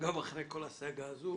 גם אחרי הסאגה הזו